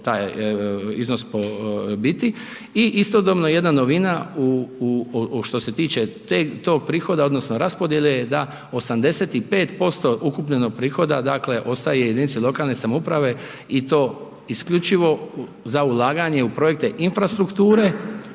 taj iznos po biti. I istodobno jedna novina u što se tiče tog prihoda odnosno raspodjele je da 85% ukupljenog prihoda dakle ostaje jedinici lokalne samouprave i to isključivo za ulaganje u projekte infrastrukture,